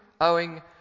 owing